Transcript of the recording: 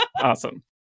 Awesome